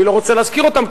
אני לא רוצה להזכיר אותן,